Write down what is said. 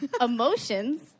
emotions